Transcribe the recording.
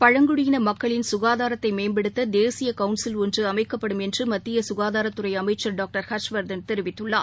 பழங்குடியின மக்களின் சுகாதாரத்தை மேம்படுத்த தேசிய கவுன்சில் ஒன்று அமைக்கப்படும் என்று மத்திய சுகாதாரத்துறை அமைச்சர் டாக்டர் ஹர்ஷ்வர்தன் தெரிவித்துள்ளார்